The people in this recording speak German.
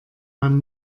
man